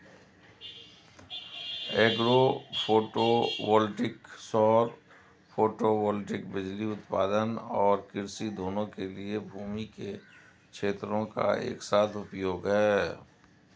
agro photovoltaic सौर photovoltaic बिजली उत्पादन और कृषि दोनों के लिए भूमि के क्षेत्रों का एक साथ उपयोग है